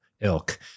ilk